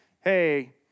Hey